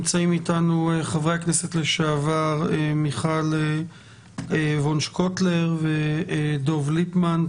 נמצאים איתנו חברי הכנסת לשעבר מיכל קוטלר וונש ודב ליפמן.